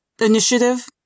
initiative